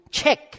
check